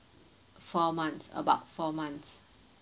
four months about four months